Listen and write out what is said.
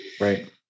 Right